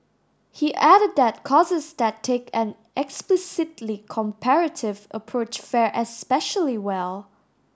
he added that courses that take an explicitly comparative approach fare especially well